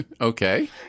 okay